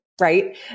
right